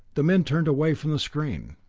the men turned away from the screen.